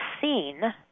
seen